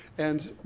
and,